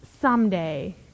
someday